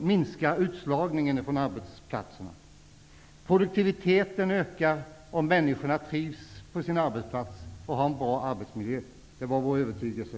minskar utslagningen på arbetsplatserna. Produktiviteten ökar om människorna trivs på sina arbetsplatser och har en bra arbetsmiljö. Det var vår övertygelse.